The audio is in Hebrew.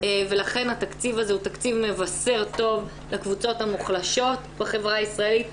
ולכן התקציב הזה הוא תקציב מבשר טוב לקבוצות המוחלשות בחברה הישראלית,